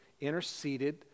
interceded